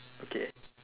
okay